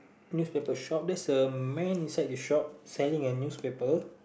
newspaper shop there's a man inside the shop selling a newspaper